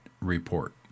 report